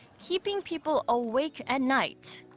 keeping people awake at night.